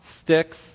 sticks